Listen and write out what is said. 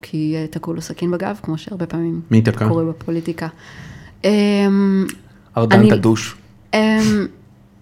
כי תקעו לו סכין בגב, כמו שהרבה פעמים (מי תקע?) קורה בפוליטיקה. ארדן תדוש.